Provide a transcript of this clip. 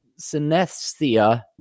synesthesia